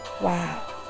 Wow